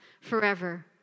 forever